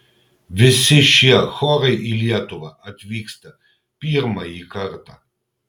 visi šie chorai į lietuvą atvyksta pirmąjį kartą